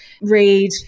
read